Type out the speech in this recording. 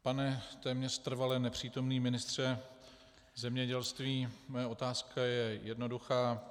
Pane téměř trvale nepřítomný ministře zemědělství, má otázka je jednoduchá.